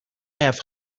have